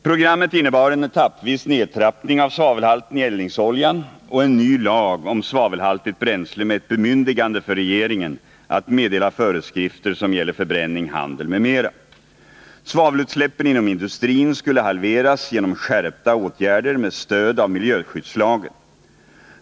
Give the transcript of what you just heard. Programmet innebar en etappvis nedtrappning av svavelhalten i eldningsoljan och en ny lag om svavelhaltigt bränsle med ett bemyndigande för regeringen att meddela föreskrifter som gäller förbränning, handel m.m. Svavelutsläppen inom industrin skulle halveras genom skärpta åtgärder med stöd av miljöskyddslagen.